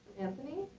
anthony?